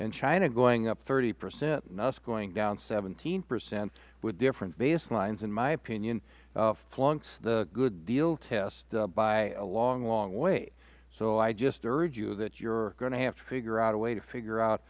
and china going up thirty percent and us going down seventeen percent with different baselines in my opinion flunks the good deal test by a long long way so i just urge you that you are going to have to figure out a way to figure out